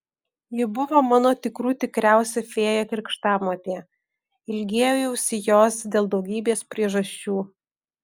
ji buvo mano tikrų tikriausia fėja krikštamotė ilgėjausi jos dėl daugybės priežasčių